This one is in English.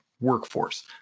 workforce